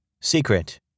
Secret